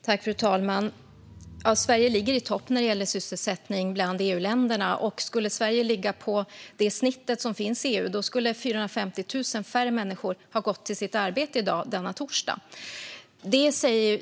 Fru talman! Sverige ligger i topp bland EU-länderna när det gäller sysselsättning. Skulle Sverige ligga på det snitt som finns i EU skulle 450 000 färre människor ha gått till sitt arbete denna torsdag.